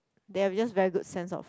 they've just very good sense of